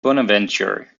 bonaventure